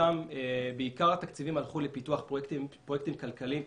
עיקר התקציבים הלכו לפיתוח פרויקטים כלכליים,